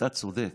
אתה צודק.